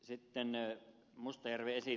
sitten ed